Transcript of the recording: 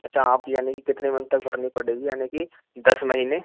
अच्छा आप यानि कि कितने मंथ तक भरनी पड़ेगी यानि की दस महीने